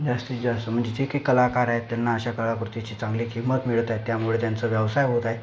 जास्तीत जास्त म्हणजे जे के कलाकार आहेत त्यांना अशा कलाकृतीची चांगली किंमत मिळत आहे त्यामुळे त्यांचा व्यवसाय होत आहे